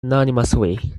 anonymously